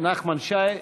נחמן שי,